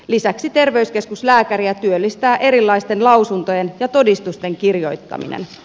lisäksi terveyskeskuslääkäriä työllistää erilaisten lausuntojen ja todistusten kirjoittaminen